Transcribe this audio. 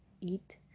eat